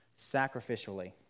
sacrificially